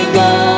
go